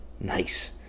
Nice